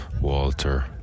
Walter